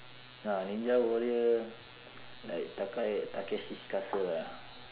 ah ninja warrior like takae~ takeshi's-castle ah